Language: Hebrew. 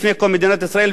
לפני קום מדינת ישראל,